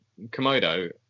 Komodo